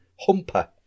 humper